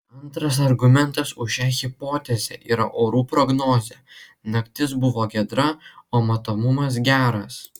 antras argumentas už šią hipotezę yra orų prognozė naktis buvo giedra o matomumas geras